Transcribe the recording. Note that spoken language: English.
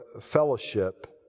fellowship